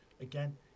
again